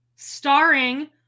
Starring